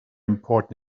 important